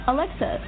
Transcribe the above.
Alexa